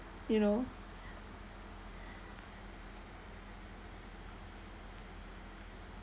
you know